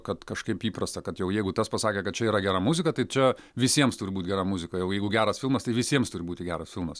kad kažkaip įprasta kad jau jeigu tas pasakė kad čia yra gera muzika tai čia visiems turbūt gera muzika jau jeigu geras filmas tai visiems turi būti geras filmas